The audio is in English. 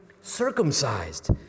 Circumcised